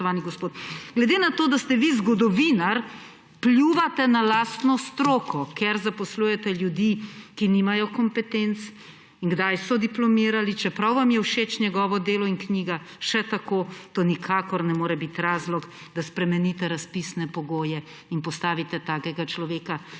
Glede na to, da ste vi zgodovinar, pljuvate na lastno stroko, ker zaposlujete ljudi, ki nimajo kompetenc in kdaj so diplomirali, čeprav vam je še tako všeč njegovo delo in knjiga, to nikakor ne more biti razlog, da spremenite razpisne pogoje in postavite takega človeka